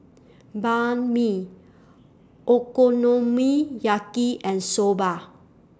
Banh MI Okonomiyaki and Soba